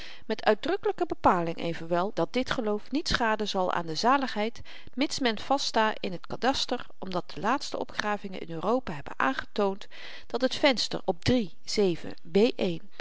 met uitdrukkelyke bepaling evenwel dat dit geloof niet schaden zal aan de zaligheid mits men vaststa in t kadaster omdat de laatste opgravingen in europa hebben aangetoond dat het venster op iii b